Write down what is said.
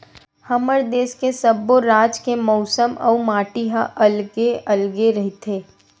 हमर देस के सब्बो राज के मउसम अउ माटी ह अलगे अलगे रहिथे